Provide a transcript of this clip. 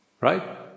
right